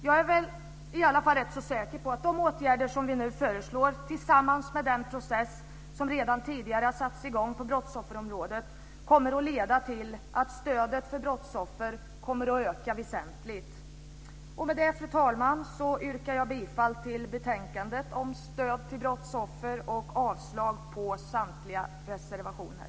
Jag är i alla fall ganska säker på att de åtgärder som vi nu föreslår, tillsammans med den process som redan tidigare har satts i gång på brottsofferområdet, kommer att leda till att stödet för brottsoffer kommer att öka väsentligt. Fru talman! Med det yrkar jag bifall till förslaget i betänkandet om stöd till brottsoffer och avslag på samtliga reservationer.